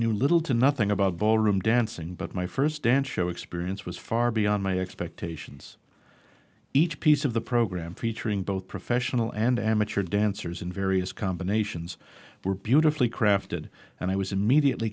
knew little to nothing about ballroom dancing but my first dance show experience was far beyond my expectations each piece of the program featuring both professional and amateur dancers in various combinations were beautifully crafted and i was immedia